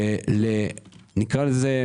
לצורך העניין,